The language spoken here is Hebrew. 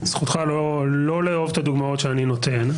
זכותך לא לאהוב את הדוגמאות שאני נותן.